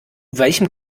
welchem